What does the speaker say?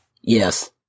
Yes